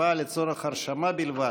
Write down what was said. איסור שימוש ברעל ובחומרי